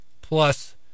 plus